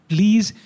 Please